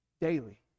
daily